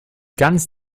ganz